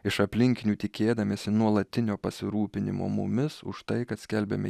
iš aplinkinių tikėdamiesi nuolatinio pasirūpinimo mumis už tai kad skelbiame